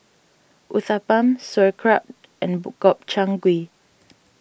Uthapam Sauerkraut and Gobchang Gui